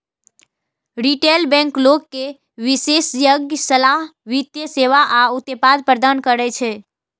retail bank लोग कें विशेषज्ञ सलाह, वित्तीय सेवा आ उत्पाद प्रदान करै छै